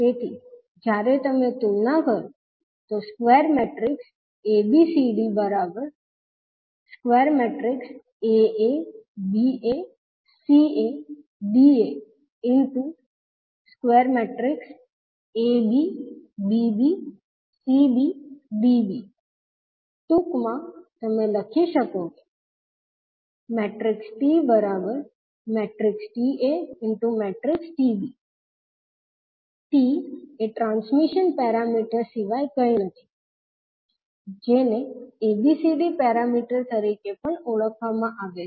તેથી જ્યારે તમે તુલના કરો ટૂંક માં તમે લખી શકો કે TTaTb T એ ટ્રાન્સમિશન પેરામીટર સિવાય કંઈ નથી જેને ABCD પેરામીટર તરીકે પણ ઓળખવામાં આવે છે